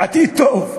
עתיד טוב.